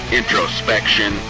introspection